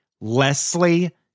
Leslie